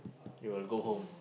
you will go home